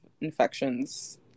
infections